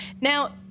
Now